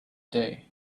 day